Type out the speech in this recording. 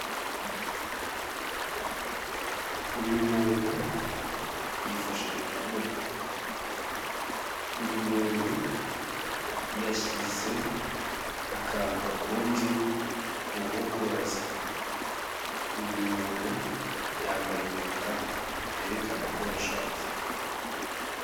Uyu muntu yifashe ku kuboko, uyu muntu yashyize akantu gakonje ku nkokora ze, uyu muntu yambaye impeta yerekana ko yashatse.